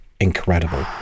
incredible